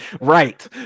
right